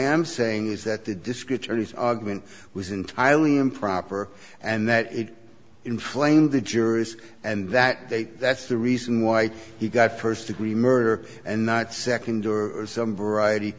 am saying is that the descriptors argument was entirely improper and that it inflamed the jurors and that they that's the reason why he got first degree murder and not second or some variety